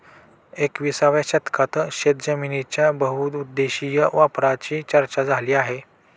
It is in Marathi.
एकविसाव्या शतकात शेतजमिनीच्या बहुउद्देशीय वापराची चर्चा झाली आहे